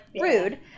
rude